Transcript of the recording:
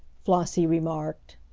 flossie remarked.